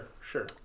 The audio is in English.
Sure